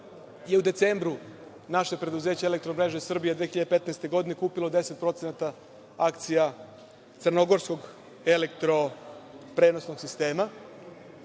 je u decembru naše preduzeće „Elektromreža Srbije“ 2015. godine kupila 10% akcija „Crnogorskog elektroprenosnog sistema“